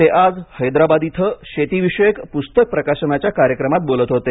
ते आज हैदराबाद इथं शेतीविषयक पुस्तक प्रकाशनाच्या कार्यक्रमात बोलत होते